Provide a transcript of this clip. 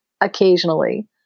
occasionally